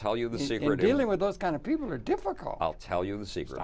tell you the secret dealing with those kind of people are difficult i'll tell you the secret